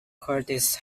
curtis